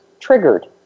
triggered